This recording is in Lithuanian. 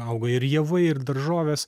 auga ir javai ir daržovės